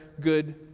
good